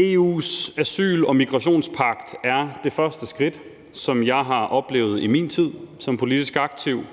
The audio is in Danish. EU's asyl- og migrationspagt er det første tiltag, som jeg har oplevet i min tid som politisk aktiv,